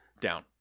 Down